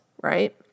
Right